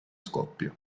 scoppio